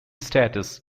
status